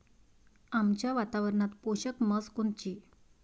आमच्या वातावरनात पोषक म्हस कोनची?